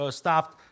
stopped